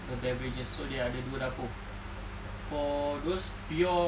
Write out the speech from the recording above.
beverages so they ada dua dapur for those pure